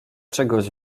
czegoś